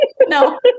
No